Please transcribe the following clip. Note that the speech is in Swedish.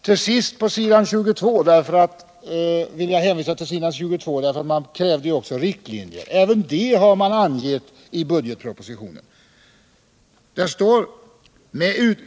Till sist vill jag hänvisa till att man i reservationen också krävde riktlinjer, men även dessa har ju angetts i budgetpropositionen.